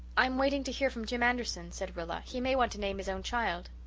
i'm waiting to hear from jim anderson, said rilla. he may want to name his own child.